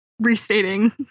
restating